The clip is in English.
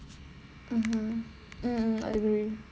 mmhmm mm I agree